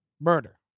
murder